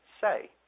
say